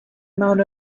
amount